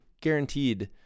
guaranteed